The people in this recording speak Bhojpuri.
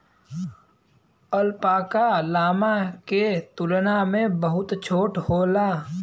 अल्पाका, लामा के तुलना में बहुत छोट होला